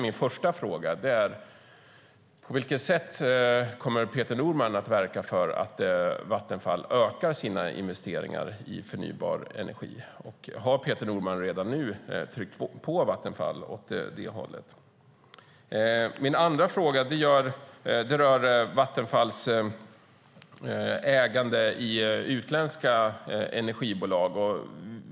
Min första fråga är: På vilket sätt kommer Peter Norman att verka för att Vattenfall ökar sina investeringar i förnybar energi? Har Peter Norman redan nu tryckt på Vattenfall åt det hållet? Min andra fråga rör Vattenfalls ägande i utländska energibolag.